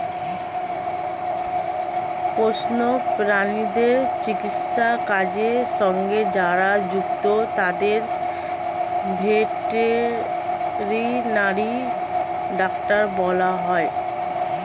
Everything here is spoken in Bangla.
পশু প্রাণীদের চিকিৎসার কাজের সঙ্গে যারা যুক্ত তাদের ভেটেরিনারি ডাক্তার বলা হয়